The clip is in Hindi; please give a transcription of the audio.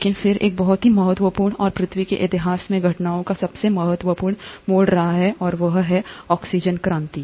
लेकिन फिर एक बहुत ही महत्वपूर्ण और पृथ्वी के इतिहास में घटनाओं का सबसे महत्वपूर्ण मोड़ रहा है और वह है ऑक्सीजन क्रांति